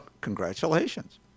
Congratulations